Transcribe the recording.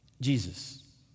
Jesus